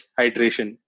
hydration